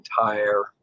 entire